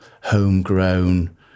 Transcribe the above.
homegrown